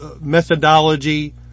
methodology